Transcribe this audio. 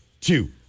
two